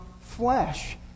flesh